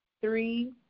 three